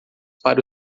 para